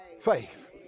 faith